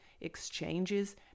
exchanges